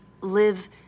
live